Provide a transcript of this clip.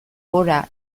gora